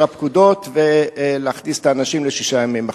הפקודות ולהכניס את האנשים לשישה ימי מחבוש.